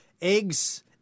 eggs